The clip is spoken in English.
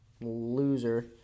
loser